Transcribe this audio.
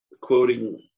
quoting